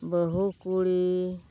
ᱵᱟᱹᱦᱩ ᱠᱩᱲᱤ